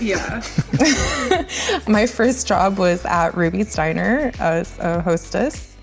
yeah my first job was at ruby's diner, i was a hostess.